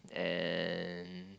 and